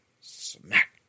smack